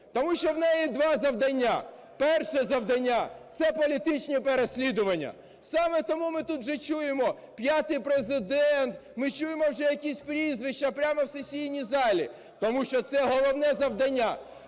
Тому що в неї два завдання: перше завдання – це політичні переслідування. Саме тому ми тут вже чуємо: "п'ятий Президент", ми чуємо вже якісь прізвища прямо в сесійній залі. Тому що це головне завдання: